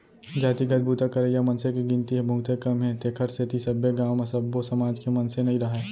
जातिगत बूता करइया मनसे के गिनती ह बहुते कम हे तेखर सेती सब्बे गाँव म सब्बो समाज के मनसे नइ राहय